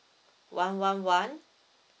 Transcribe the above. one one one